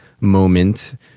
moment